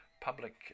public